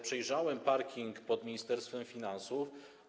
Przejrzałem parking pod Ministerstwem Finansów.